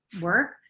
work